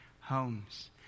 homes